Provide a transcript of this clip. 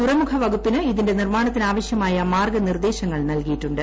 തുറമുഖ വകുപ്പിന് ഇതിന്റെ നിർമാണത്തിന് ആവശ്യമായ മാർഗനിർദേശങ്ങൾ നൽകിയിട്ടുണ്ട്